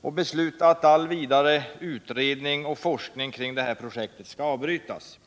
och besluta att all vidare utredning och forskning kring detta projekt avbryts.